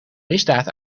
misdaad